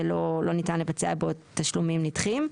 ולא ניתן לבצע תשלומים נדחים.